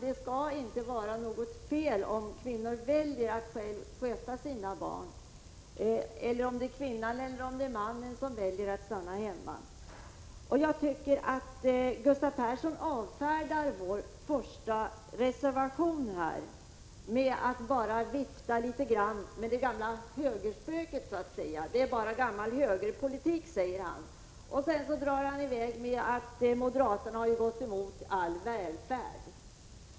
Det skall inte vara något fel om kvinnor väljer att själva sköta sina barn — det spelar ingen roll om det är kvinnan eller mannen som väljer att stanna hemma. Gustav Persson avfärdar vår första reservation genom att vifta litet grand med det gamla argumentet om högerspöket. Han säger att denna reservation bara är uttryck för gammal högerpolitik. Vidare säger han att moderaterna har gått emot alla förslag om välfärd.